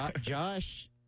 Josh